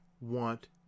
want